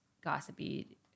gossipy